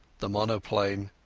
the monoplane.